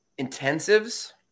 Intensives